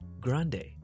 Grande